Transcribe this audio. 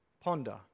ponder